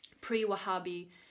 pre-Wahhabi